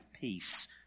peace